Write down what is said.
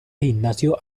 gimnasio